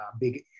big